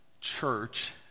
church